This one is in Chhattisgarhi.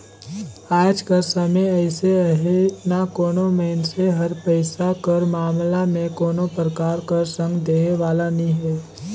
आएज कर समे अइसे अहे ना कोनो मइनसे हर पइसा कर मामला में कोनो परकार कर संग देहे वाला नी हे